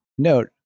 Note